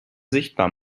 sichtbar